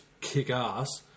kick-ass